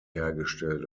hergestellt